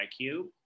IQ